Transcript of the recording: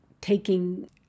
taking